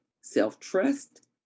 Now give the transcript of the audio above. self-trust